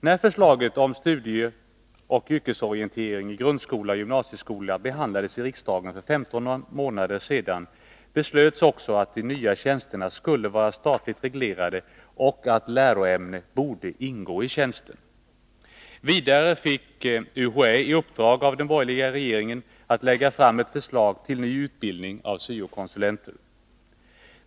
När förslaget om studieoch yrkesorientering i grundskola och gymnasieskola behandlades i riksdagen för 15 månader sedan beslöts också att de nya tjänsterna skulle vara statligt reglerade och att läroämne borde ingå i tjänsten. Vidare fick UHÄ i uppdrag av den borgerliga regeringen att lägga fram ett förslag till ny utbildning av syo-konsulenter.